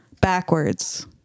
backwards